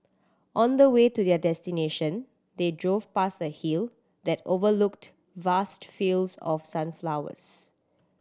on the way to their destination they drove past a hill that overlooked vast fields of sunflowers